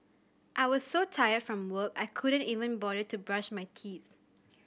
I was so tired from work I couldn't even bother to brush my teeth